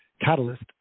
catalyst